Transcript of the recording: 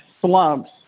slumps